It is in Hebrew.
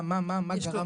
מה גרם לזה?